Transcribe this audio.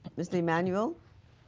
mr. emanuel.